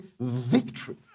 victory